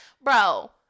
Bro